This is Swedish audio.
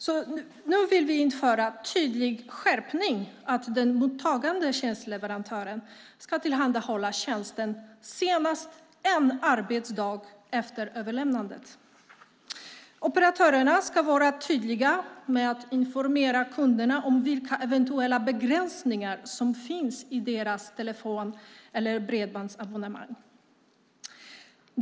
Vi vill införa en tydlig skärpning som innebär att den mottagande tjänsteleverantören ska tillhandahålla tjänsten senast en arbetsdag efter överlämnandet. Operatörerna ska vara tydliga med att informera kunderna om vilka eventuella begränsningar som finns i deras telefon och bredbandsabonnemang.